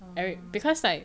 orh